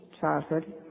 childhood